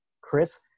Chris